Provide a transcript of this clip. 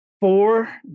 four